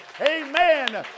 Amen